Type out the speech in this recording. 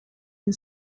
and